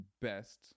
best